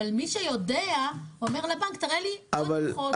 אבל מי שיודע אומר לבנק: תראה לי עוד לוחות.